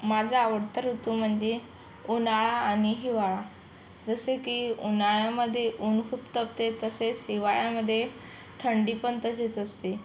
माझा आवडता ऋतू म्हणजे उन्हाळा आणि हिवाळा जसे की उन्हाळ्यामध्ये ऊन खूप तापते तसेच हिवाळ्यामध्ये ठंडी पण तशीच असते